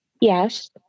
Yes